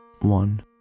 One